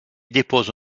dépose